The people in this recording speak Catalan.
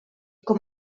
com